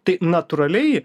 tai natūraliai